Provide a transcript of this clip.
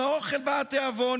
עם האוכל בא התיאבון,